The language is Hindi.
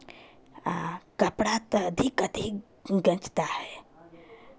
आ कपड़ा तो अधिक अधिक गजता है